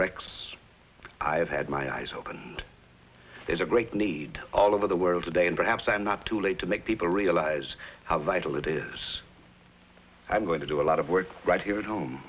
rex i've had my eyes open and there's a great need all over the world today and perhaps i'm not too late to make people realize how vital it is i'm going to do a lot of work right here at home